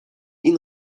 ihn